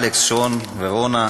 אלכס, שון ורונה,